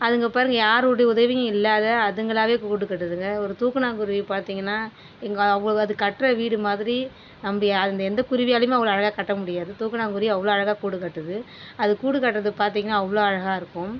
அதுங்க பாருங்க யாருடைய உதவி இல்லாத அதுங்களாகவே கூடு கட்டுதுங்க ஒரு தூக்கனாங்குருவி பார்த்திங்கன்னா எங்கே அவுளோ அது கட்டுகிற வீடு மாதிரி நம்பி அந்த எந்த குருவியாலயுமே அவுளோ அழகாக கட்ட முடியாது தூக்கனாங்குருவி அவுளோ அழகாக கூடு கட்டுது அது கூடு கட்டுறது பார்த்திங்கன்னா அவுளோ அழகாக இருக்கும்